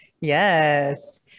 Yes